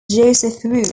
joseph